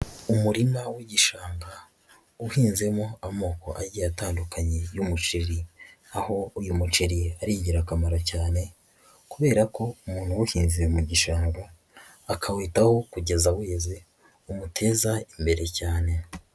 Umurima w'igishanga uhinzemo amoko agiye atandukanye y'umuceri, aho uyu muceri ari ingirakamaro cyane kubera ko umuntu uwuhinze mu gishanga, akawitaho kugeza weze, umuteza imbere cyane.